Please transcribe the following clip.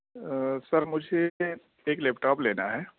سر مجھے ایک laptop لینا ہے